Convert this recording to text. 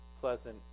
pleasant